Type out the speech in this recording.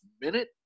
minute